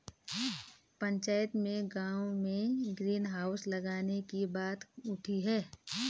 पंचायत में गांव में ग्रीन हाउस लगाने की बात उठी हैं